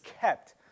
kept